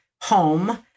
home